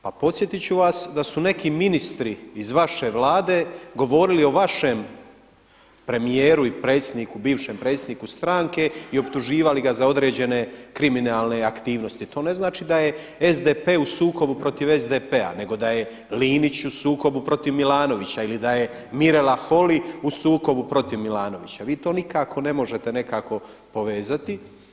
Pa podsjetit ću vas da su neki ministri iz vaše Vlade govorili o vašem premijeru i predsjedniku, bivšem predsjedniku stranke i optuživali ga za određene kriminalne aktivnosti, to ne znači da je SDP u sukobu protiv SDP-a nego da je Linić u sukobu protiv Milanovića ili da je Mirela Holy u sukobu protiv Milanovića, vi to nikako ne možete nekako povezati.